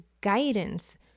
guidance